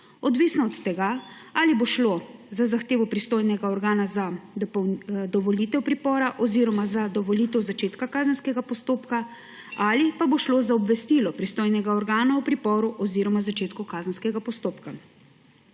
Odvisno od tega, ali bo šlo za zahtevo pristojnega organa za dovolitev pripora oziroma za dovolitev začetka kazenskega postopka, ali pa bo šlo za obvestilo pristojnega organa o priporu oziroma začetku kazenskega postopka.